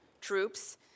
Troops